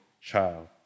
child